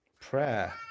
Prayer